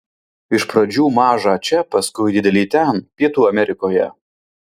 iš pradžių mažą čia paskui didelį ten pietų amerikoje